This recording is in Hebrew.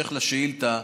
שבהמשך לשאילתה,